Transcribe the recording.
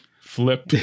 flip